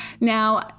now